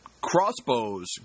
crossbows